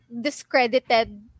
discredited